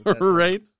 Right